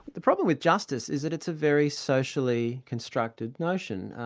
the problem with justice is that it's a very socially constructed notion.